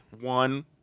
One